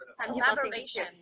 Collaboration